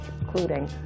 including